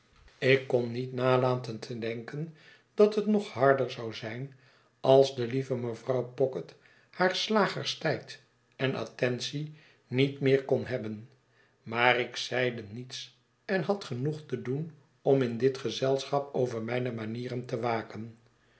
ik kon niet nalaten te denken dat het nog harder zou zijn als de lieve mevrouw pocket haar slagers tijd en attentie niet meer kon hebben maar ik zeide niets en had genoeg te doen om in dit gezelschap over mijne manieren te waken